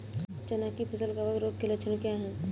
चना की फसल कवक रोग के लक्षण क्या है?